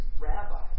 rabbi